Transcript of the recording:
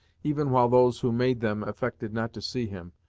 even while those who made them affected not to see him,